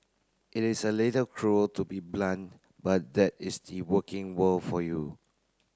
it is a little cruel to be blunt but that is the working world for you